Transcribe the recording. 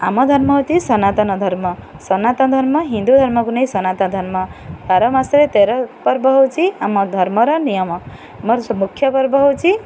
ଆମ ଧର୍ମ ହେଉଛି ସନାତନ ଧର୍ମ ସନାତନ ଧର୍ମ ହିନ୍ଦୁ ଧର୍ମକୁ ନେଇ ସନାତନ ଧର୍ମ ବାର ମାସରେ ତେର ପର୍ବ ହେଉଛି ଆମ ଧର୍ମର ନିୟମ ମୋର ମୁଖ୍ୟ ପର୍ବ ହେଉଛି